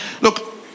look